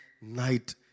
night